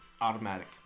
automatic